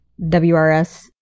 WRS